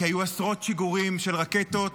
כי היו עשרות שיגורים של רקטות,